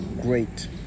great